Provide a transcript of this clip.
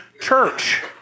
church